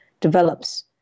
develops